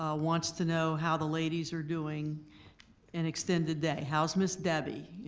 ah wants to know how the ladies are doing in extended day. how's ms. debbie,